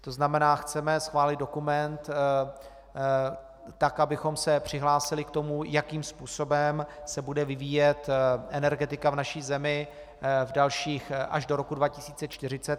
To znamená, chceme schválit dokument tak, abychom se přihlásili k tomu, jakým způsobem se bude vyvíjet energetika v naší zemi až do roku 2040.